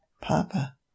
papa